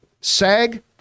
SAG